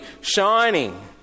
shining